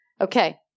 Okay